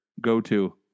go-to